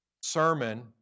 sermon